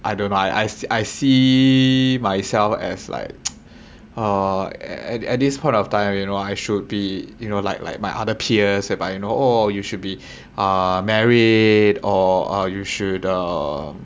I don't I I see I see myself as like uh at at this point of time you know I should be you know like like my other peers whereby you know oh you should be err married or you should uh